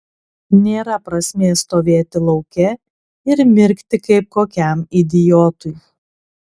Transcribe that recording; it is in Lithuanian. nėra prasmės stovėti lauke ir mirkti kaip kokiam idiotui